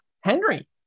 Henry